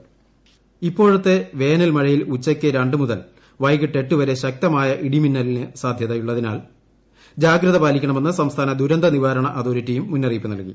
ഇടിമിന്നൽ ഇപ്പോഴെത്തെ വേനൽമഴയിൽ ഉച്ചയ്ക്ക് രണ്ട് മുതൽ വൈകിട്ട് എട്ടുവരെ ശക്തമായ ഇടിമിന്നൽ സാധ്യതയുള്ളതിനാൽ ജാഗ്രത പാലിക്കണമെന്ന് സംസ്ഥാന ദുരന്ത നിവാരണ അതോറിറ്റിയും മുന്നറിയിപ്പ് നൽകി